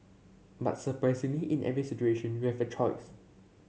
but surprisingly in every situation you have a choice